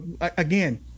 again